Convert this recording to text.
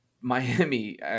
Miami